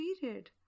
period